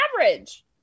average